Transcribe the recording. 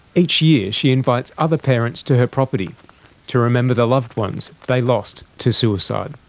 each year she invites other parents to her property to remember the loved ones they lost to suicide.